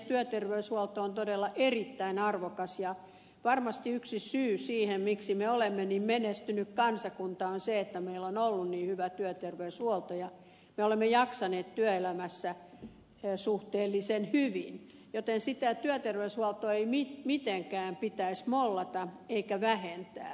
työterveyshuolto on todella erittäin arvokas asia ja varmasti yksi syy siihen miksi me olemme niin menestynyt kansakunta on se että meillä on ollut niin hyvä työterveyshuolto ja me olemme jaksaneet työelämässä suhteellisen hyvin joten työterveyshuoltoa ei mitenkään pitäisi mollata eikä vähentää